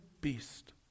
beast